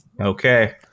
Okay